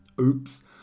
oops